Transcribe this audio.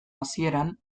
hasieran